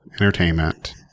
entertainment